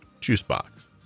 Juicebox